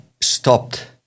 stopped